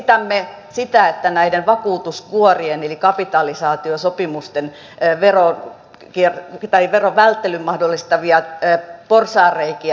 esitämme sitä että näiden vakuutuskuorien eli kapitalisaatiosopimusten verovälttelyn mahdollistavia porsaanreikiä tukitaan